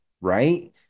right